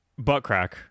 Buttcrack